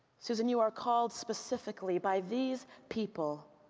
susan, you are called specifically by these people,